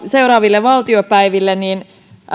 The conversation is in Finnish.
seuraaville valtiopäiville